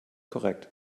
korrekt